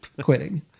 quitting